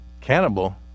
Cannibal